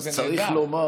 אז צריך לומר